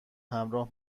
همراه